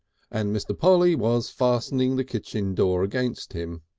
and mr. polly was fastening the kitchen door against him.